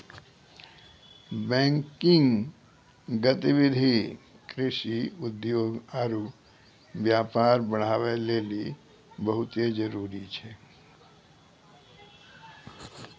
banking गतिविधि कृषि, उद्योग आरु व्यापार बढ़ाबै लेली बहुते जरुरी छै